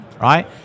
right